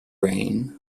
rain